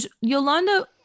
Yolanda